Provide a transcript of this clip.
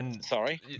Sorry